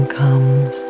comes